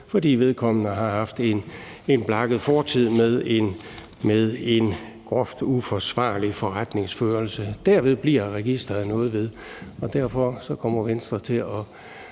fordi vedkommende har haft en blakket fortid med en groft uforsvarlig forretningsførelse. Derved bliver registreret noget værd, og derfor kommer Venstre til at